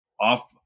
off